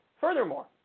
Furthermore